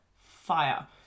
fire